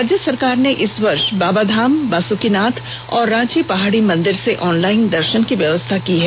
राज्य सरकार ने इस वर्ष बाबाधाम बासुकीनाथ और रांची पहाड़ी मंदिर से ऑनलाइन दर्षन की व्यवस्था की है